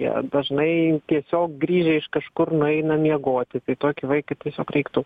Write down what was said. jie dažnai tiesiog grįžę iš kažkur nueina miegoti tai tokį vaiką tiesiog reiktų